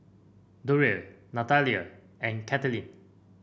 Durrell Natalia and Katheryn